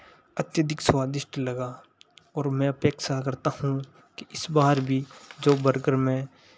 अत्यधिक स्वादिष्ट लगा ओर मैं अपेक्षा करता हूँ कि इस बार बी जो बर्गर मैं